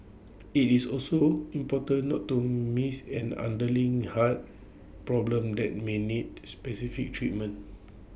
IT is also important not to miss an underlying heart problem that may need specific treatment